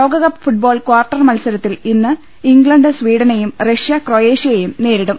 ലോകകപ്പ് football quarter മത്സരത്തിൽ ഇന്ന് ഇംഗ്ലണ്ട് സ്വീഡനെയും റഷ്യ ക്രൊയേഷ്യയെയും നേരി ടും